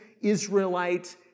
Israelite